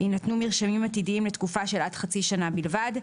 יינתנו מרשמים עתידיים לתקופה של עד חצי שנה בלבד,